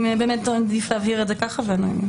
אם באמת עדיף להעביר את זה ככה ונחזור אליכם.